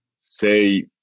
say